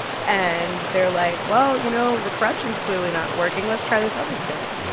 and they're like, well, you know, the corruption's clearly not working. let's try this other thing.